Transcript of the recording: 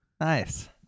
nice